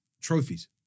trophies